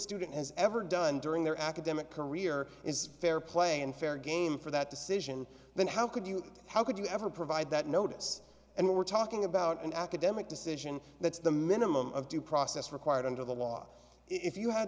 student has ever done during their academic career is fair play and fair game for that decision then how could you how could you ever provide that notice and we're talking about an academic decision that's the minimum of due process required under the law if you had